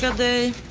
they